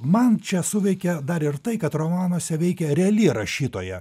man čia suveikė dar ir tai kad romanuose veikia reali rašytoja